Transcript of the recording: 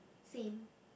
same